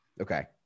Okay